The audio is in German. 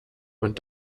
und